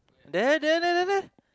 there there there there